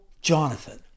Jonathan